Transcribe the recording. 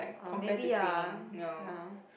orh maybe ah ya